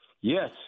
Yes